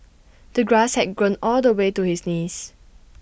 the grass had grown all the way to his knees